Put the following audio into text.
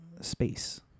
Space